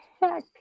heck